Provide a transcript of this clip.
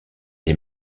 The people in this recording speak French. des